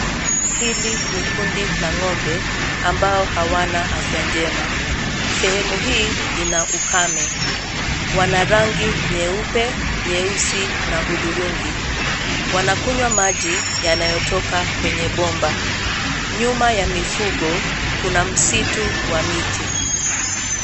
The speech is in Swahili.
Hili ni kundi la ng'ombe ambao hawana afya njema. Sehemu hii ina ukame. Wana rangi nyeupe, nyeusi na hudhurungi. Wanakunywa maji yanayotoka kwenye bomba. Nyuma ya mifugo kuna msitu wa miti.